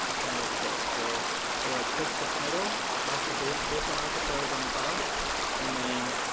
kind of looked at this, where it like takes the title off the json object that was on the file and then